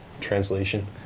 translation